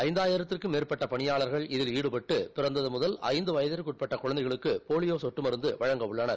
ஐயாயிரத்திற்கும் மேற்பட்ட பணியாளர்கள் இதில் ஈடுபட்டு பிறந்தது முதல் ஐந்து வயதக்கு உட்பட்ட குழந்தைகளுக்கு போலிபோ சொட்டு மருந்து வழங்க உள்ளனர்